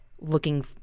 looking